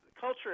culture